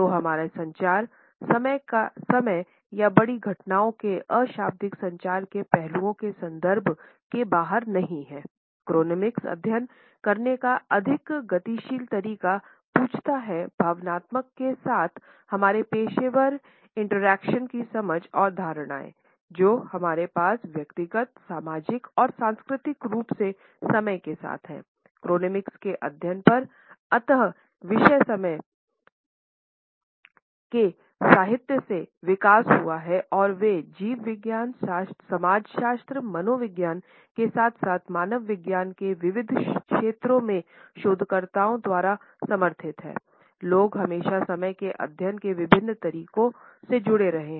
तो हमारे संचार समय या बड़ी घटनाओं के अशाब्दिक संचार के पहलुओं के संदर्भ के बाहर नहीं है